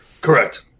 Correct